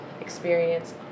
experience